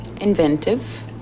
inventive